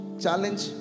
challenge